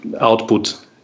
output